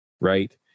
right